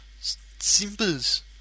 Simples